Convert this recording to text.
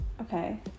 Okay